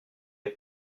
est